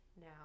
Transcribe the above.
now